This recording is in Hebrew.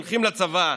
הולכים לצבא,